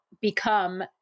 become